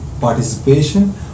participation